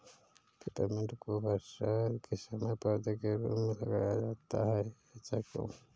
Peppermint को बरसात के समय पौधे के रूप में लगाया जाता है ऐसा क्यो?